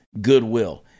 goodwill